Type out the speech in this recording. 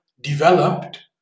developed